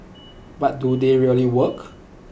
but do they really work